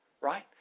Right